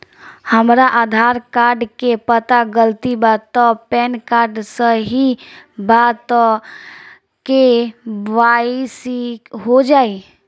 हमरा आधार कार्ड मे पता गलती बा त पैन कार्ड सही बा त के.वाइ.सी हो जायी?